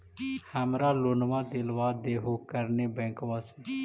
हमरा लोनवा देलवा देहो करने बैंकवा से?